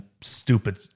stupid